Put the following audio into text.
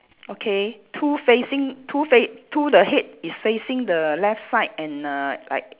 okay two facing two fa~ two the head is facing the left side and err like